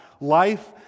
Life